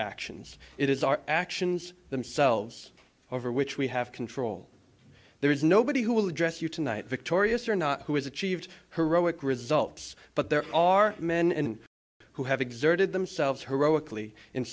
actions it is our actions themselves over which we have control there is nobody who will address you tonight victorious or not who has achieved heroic results but there are men who have exerted themselves heroically in